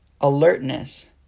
alertness